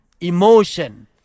emotion